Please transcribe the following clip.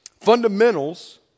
Fundamentals